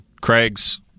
Craig's